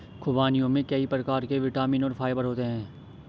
ख़ुबानियों में कई प्रकार के विटामिन और फाइबर होते हैं